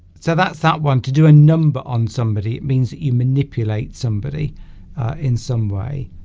so that's that one to do a number on somebody it means that you manipulate somebody in some way